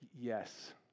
Yes